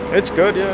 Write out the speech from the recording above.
it's good